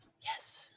Yes